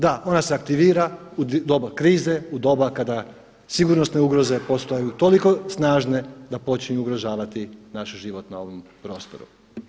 Da ona se aktivira u doba krize, u doba kada sigurnosne ugroze postaju toliko snažne da počinju ugrožavati naš život na ovom prostoru.